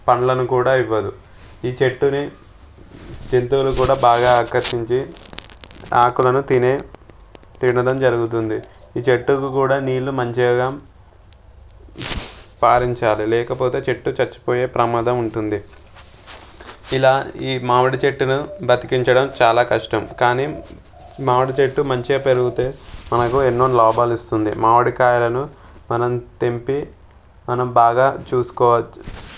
పండ్లను కూడా ఇవ్వదు ఈ చెట్టుని జంతువులు కూడా బాగా ఆకర్షించి ఆకులను తినే తినడం జరుగుతుంది ఈ చెట్టుకు కూడా నీళ్లు మంచిగా పారించాలి లేకపోతే చెట్టు చచ్చిపోయే ప్రమాదం ఉంటుంది ఇలా ఈ మామిడి చెట్టును బతికించడం చాలా కష్టం కానీ మామిడి చెట్టు మంచిగా పెరుగుతే మనకు ఎన్నో లాభాలు ఇస్తుంది మామిడికాయలను మనం తెంపి మనం బాగా చూసుకోవచ్చు